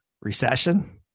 recession